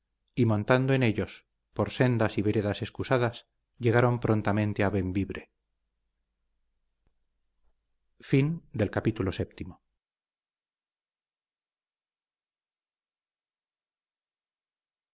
y montando en ellos por sendas y veredas excusadas llegaron prontamente a bembibre